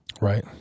Right